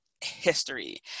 history